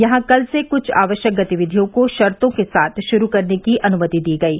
यहां कल से कुछ आवश्यक गतिविधियों को शर्तों के साथ शुरू करने की अनुमति दी गयी